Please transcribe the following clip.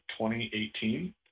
2018